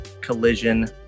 Collision